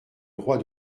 roi